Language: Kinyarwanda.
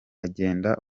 agenda